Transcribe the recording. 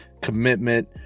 commitment